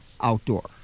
outdoor